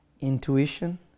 Intuition